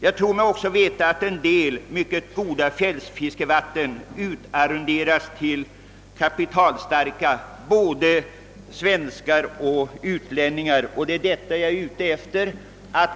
Jag tror mig också veta att en del mycket goda fjällfiskevatten utarrenderas till kapitalstarka svenskar och utlänningar. Det är detta jag vill komma åt.